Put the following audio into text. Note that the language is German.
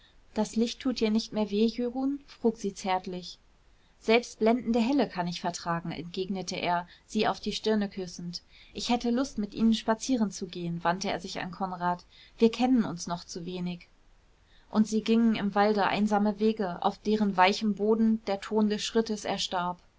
das licht tut dir nicht mehr weh jörun frug sie zärtlich selbst blendende helle kann ich vertragen entgegnete er sie auf die stirne küssend ich hätte lust mit ihnen spazieren zu gehen wandte er sich an konrad wir kennen uns noch zu wenig und sie gingen im walde einsame wege auf deren weichem boden der ton des schrittes erstarb